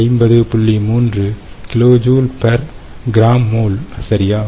3 kJgmole சரியா